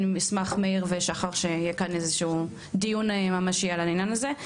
אני אשמח מאיר ושחר שיהיה כאן איזה שהוא דיון ממשי על העניין הזה.